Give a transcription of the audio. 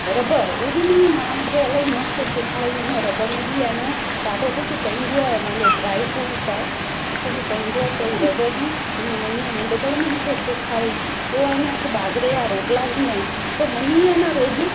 रॿ उहा बि मुंहिंजी माउ मूंखे इलाही मस्तु सेखारियो उन रब में आहे न ॾाढो कुझु पवंदो आहे पंहिंजो ड्राय फ्रूट आहे उहे सब पवंदो आहे त उहा रॿ बि मुंहिंजी मम्मीअ नंढिपण में मूंखे सेखारियो पोइ आहे न हिकु बाजरे जा रोटला थींदा आहिनि त मम्मी आहे न रोज़ु